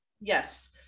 Yes